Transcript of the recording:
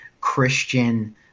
Christian